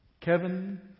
Kevin